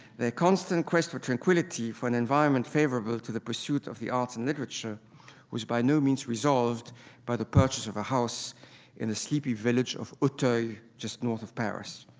their constant quest for tranquility, for an environment favorable to the pursuit of the arts and literature was by no means resolved by the purchase of a house in the sleepy village of auteuil just north of paris.